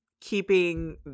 keeping